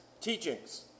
teachings